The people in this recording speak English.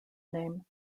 name